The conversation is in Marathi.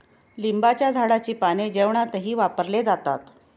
लिंबाच्या झाडाची पाने जेवणातही वापरले जातात